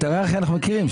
את ההיררכיה אנחנו מכירים,